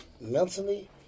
mentally